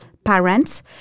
parents